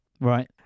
Right